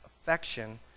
affection